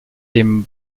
den